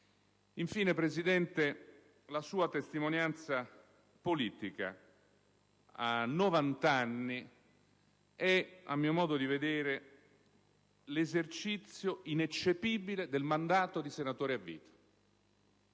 signor Presidente, la sua testimonianza politica. A novant'anni è - a mio modo di vedere - l'esercizio ineccepibile del mandato di senatore a vita.